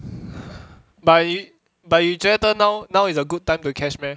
but you but you 觉得 now now is a good time to catch meh